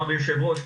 אדוני היו"ר.